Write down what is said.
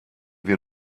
wir